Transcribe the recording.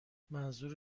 منظور